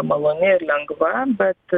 maloni ir lengva bet